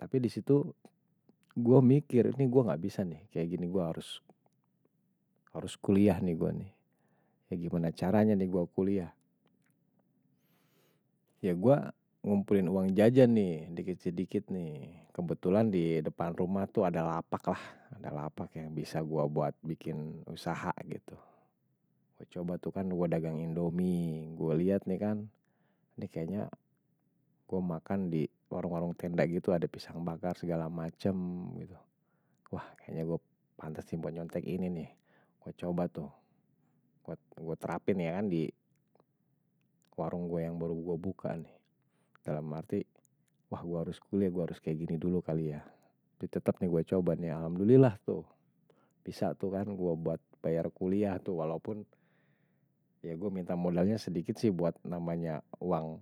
Tapi disitu, gue mikir, ini gue gak bisa nih, kayak gini gue harus kuliah nih gue nih. Ya gimana caranya nih gue kuliah ya gue ngumpulin uang jajan nih, dikit-dikit nih. Kebetulan di depan rumah tuh ada lapak lah, ada lapak yang bisa gue buat bikin usaha gitu. Gue coba tuh kan, gue dagang indomie, gue liat nih kan, ini kayaknya gue makan di warung warung tenda gitu, ada pisang bakar segala macem gitu, wah kayaknya gue pantes timpun nyontek ini nih, gue coba tuh. Gue terapin ya kan di warung gue yang baru gue buka nih, dalam arti, wah gue harus kuliah, gue harus kayak gini dulu kali ya. Tapi tetap nih gue coba nih, alhamdulillah tuh, bisa tuh kan gue buat bayar kuliah tuh, walaupun, ya gue minta modalnya sedikit sih buat namanya uang.